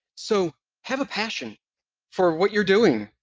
so have a passion for what you're doing.